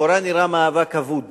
לכאורה נראה מאבק אבוד.